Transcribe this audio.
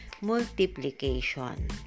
multiplication